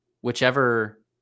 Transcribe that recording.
whichever